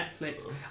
netflix